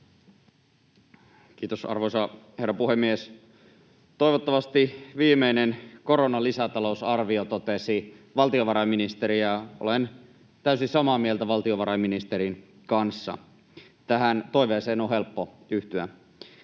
Kiitos, arvoisa herra puhemies! ”Toivottavasti tämä on viimeinen koronalisätalousarvio”, totesi valtiovarainministeri, ja olen täysin samaa mieltä valtiovarainministerin kanssa. Tähän toiveeseen on helppo yhtyä.